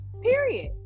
period